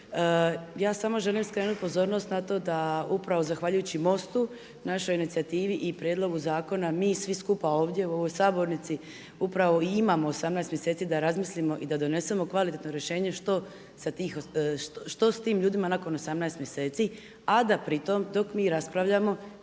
Ja samo želim skrenuti pozornost na to da upravo zahvaljujući MOST-u, našoj inicijativi i prijedlogu zakona mi svi skupa ovdje u ovoj sabornici upravo i imamo 18 mjeseci da razmislimo i da donesemo kvalitetno rješenje što sa tim ljudima nakon 18 mjeseci a da pri tome dok mi raspravljamo